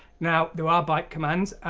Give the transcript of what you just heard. now there are byte commands.